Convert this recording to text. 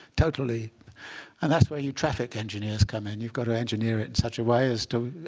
totally and that's where you traffic engineers come in. you've got to engineer it in such a way as to,